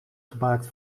gemaakt